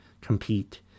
compete